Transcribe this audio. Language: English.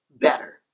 better